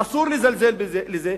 אסור לזלזל בזה,